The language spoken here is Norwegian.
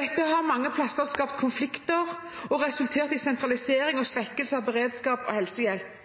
Dette har mange steder skapt konflikter og resultert i sentralisering og svekkelse av beredskap og helsehjelp.